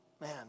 man